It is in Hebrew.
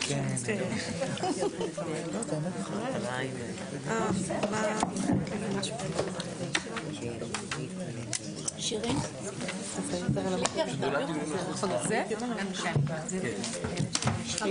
13:40.